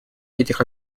этих